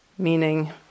meaning